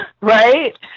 right